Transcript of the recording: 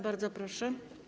Bardzo proszę.